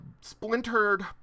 splintered